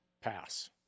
pass